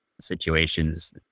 situations